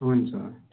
हुन्छ